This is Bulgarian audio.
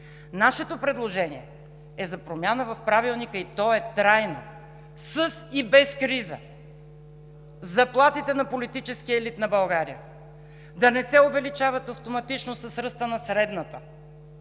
Нашето предложение е за промяна в Правилника и то е трайно – със и без криза заплатите на политическия елит на България да не се увеличават автоматично с ръста на средната,